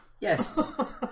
Yes